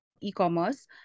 e-commerce